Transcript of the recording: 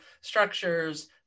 structures